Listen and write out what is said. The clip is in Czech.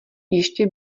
ještě